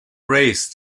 raced